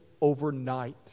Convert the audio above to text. overnight